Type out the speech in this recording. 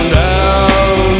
down